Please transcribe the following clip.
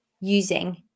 using